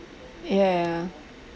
ya ya